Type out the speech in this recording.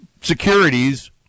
securities